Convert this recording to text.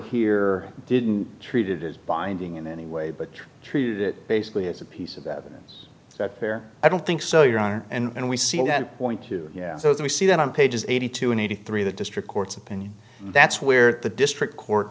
here didn't treat it as binding in any way but treated it basically as a piece of evidence that bear i don't think so your honor and we see that point to those we see that on pages eighty two and eighty three the district court's opinion that's where the district court